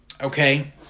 Okay